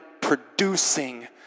producing